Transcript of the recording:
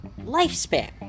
lifespan